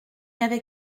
avait